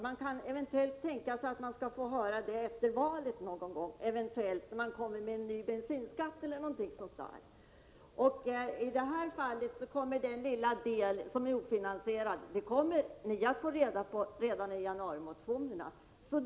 Man kan tänka sig att eventuellt få höra det någon gång efter valet, när de kommer med förslag om ny bensinskatt eller någonting sådant. Hur den lilla del som är ofinansierad skall betalas kommer ni att få reda på redan i januarimotionerna.